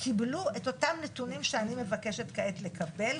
קיבלו את אותם נתונים שאני מבקשת כעת לקבל.